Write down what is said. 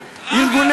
דב,